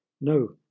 No